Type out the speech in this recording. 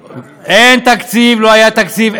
בתקציב, מה היה בתקציב?